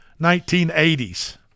1980s